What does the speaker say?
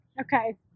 Okay